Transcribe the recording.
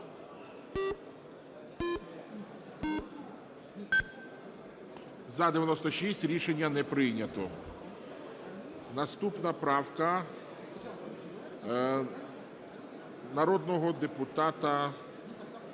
За-96 Рішення не прийнято. Наступна правка народного депутата…